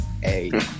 hey